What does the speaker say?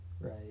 Right